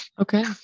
Okay